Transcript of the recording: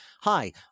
Hi